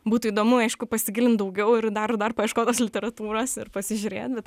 būtų įdomu aišku pasigilint daugiau ir dar dar paieškot tos literatūros ir pasižiūrėt bet